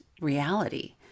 reality